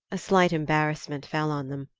a slight embarrassment fell on them,